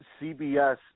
CBS